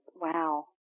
Wow